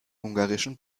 ungarischen